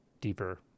deeper